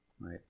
right